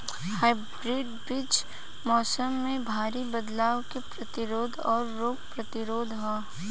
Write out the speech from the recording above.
hybrid बीज मौसम में भारी बदलाव के प्रतिरोधी और रोग प्रतिरोधी ह